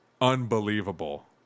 Unbelievable